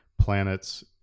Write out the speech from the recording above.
Planets